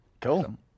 Cool